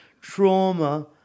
trauma